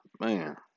man